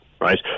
right